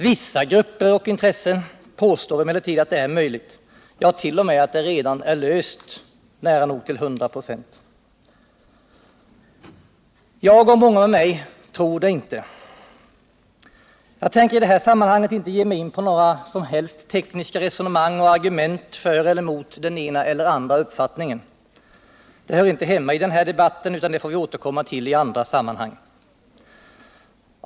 Vissa grupper och intressen påstår emellertid att det är möjligt, ja, t.o.m. att det redan är löst nära nog till 100 96. Jag och många med mig tror det inte. Jag tänker i det här sammanhanget inte ge mig in på några som helst tekniska resonemang och argument för eller emot den ena eller den andra uppfattningen. Det hör inte hemma i den här debatten utan det får vi återkomma till i andra sammanhang.